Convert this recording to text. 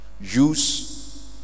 Use